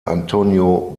antonio